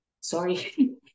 sorry